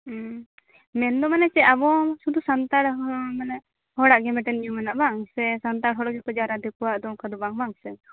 ᱢᱮᱱᱫᱚ ᱢᱟᱱᱮ ᱪᱮᱫ ᱟᱵᱚ ᱥᱩᱫᱷᱩ ᱥᱟᱱᱛᱟᱲ ᱦᱚᱲ ᱢᱟᱱᱮ ᱦᱚᱲᱟᱜ ᱜᱮ ᱧᱩᱢ ᱟᱱᱟ ᱵᱟᱝ ᱥᱮ ᱥᱟᱱᱛᱟᱲ ᱦᱚᱲ ᱜᱮᱠᱚ ᱡᱟᱨᱣᱟᱼᱟ ᱫᱤᱠᱩᱣᱟᱜ ᱫᱚ ᱵᱟᱝ ᱵᱟᱝᱥᱮ